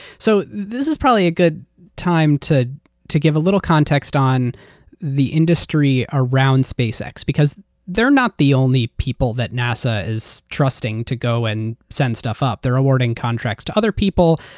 so this is probably a good time to to give a little context on the industry around spacex because they're not the only people that nasa is trusting to go and send stuff up. they're awarding contracts to other people.